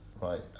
right